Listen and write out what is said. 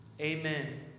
amen